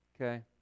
okay